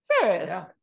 serious